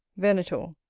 venator.